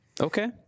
Okay